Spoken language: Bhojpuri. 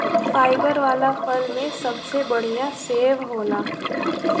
फाइबर वाला फल में सबसे बढ़िया सेव होला